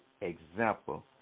example